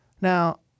Now